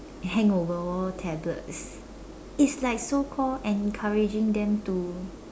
hangover tablets it's like so called encouraging them to